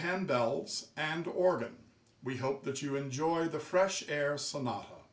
hand else and organ we hope that you enjoy the fresh air so no